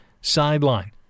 sideline